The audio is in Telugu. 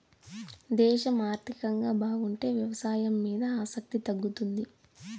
దేశం ఆర్థికంగా బాగుంటే వ్యవసాయం మీద ఆసక్తి తగ్గుతుంది